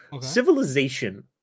Civilization